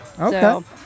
Okay